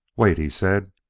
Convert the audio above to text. wait, he said.